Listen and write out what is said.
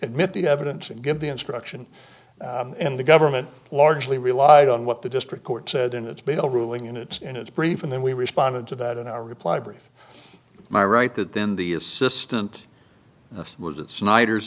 admit the evidence and give the instruction and the government largely relied on what the district court said in its bill ruling in its in its brief and then we responded to that in our reply brief my right that then the assistant was at snyder